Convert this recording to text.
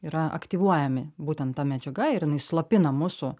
yra aktyvuojami būtent ta medžiaga ir jinai slopina mūsų